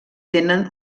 tenen